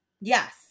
Yes